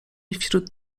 wśród